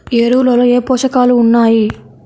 ఎరువులలో ఏ పోషకాలు ఉన్నాయి?